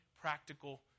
practical